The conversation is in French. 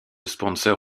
sponsor